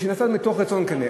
משום שהיא נעשית מתוך רצון כן.